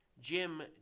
Jim